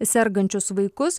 sergančius vaikus